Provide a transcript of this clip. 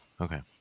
Okay